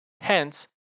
Hence